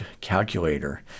Calculator